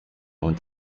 und